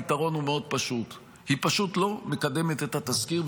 הפתרון הוא מאוד פשוט: היא פשוט לא מקדמת את התזכיר,